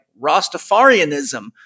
Rastafarianism